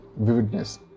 vividness